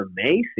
amazing